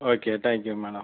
okay thank you madam